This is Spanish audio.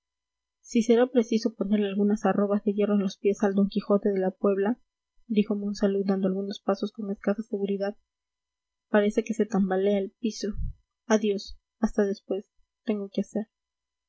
si será preciso ponerle algunas arrobas de hierro en los pies al d quijote de la puebla dijo monsalud dando algunos pasos con escasa seguridad parece que se tambalea el piso adiós hasta después tengo que hacer